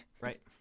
Right